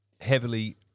Heavily